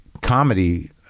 comedy